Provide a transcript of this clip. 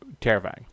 Terrifying